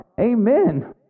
Amen